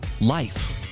life